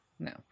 No